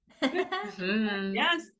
Yes